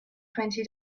twenty